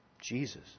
Jesus